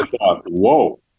whoa